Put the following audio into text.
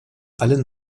allen